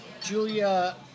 Julia